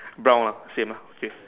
brown ah same ah same